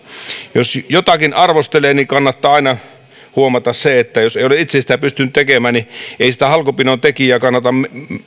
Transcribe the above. jos jotakin arvostelee kannattaa aina huomata se että jos ei ole itse sitä pystynyt tekemään niin ei sitä halkopinontekijää kannata